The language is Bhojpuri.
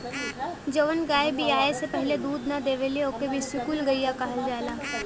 जवन गाय बियाये से पहिले दूध ना देवेली ओके बिसुकुल गईया कहल जाला